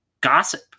gossip